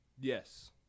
Yes